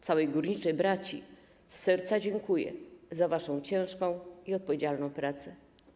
Całej górniczej braci z serca dziękuję za waszą ciężką i odpowiedzialną pracę.